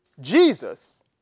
Jesus